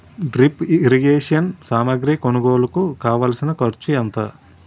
drip irrigation సామాగ్రి కొనుగోలుకు కావాల్సిన ఖర్చు ఎంత